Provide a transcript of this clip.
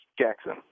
Jackson